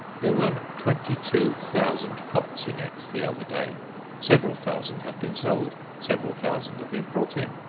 there were twenty-two thousand pots in it the other day several thousand have been sold, several thousand have been brought in,